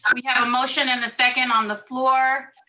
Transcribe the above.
um we have a motion and a second on the floor.